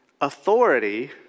authority